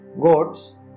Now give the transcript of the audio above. goats